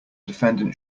defendant